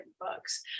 books